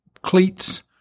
cleats